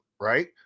right